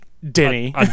Denny